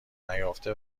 نیافته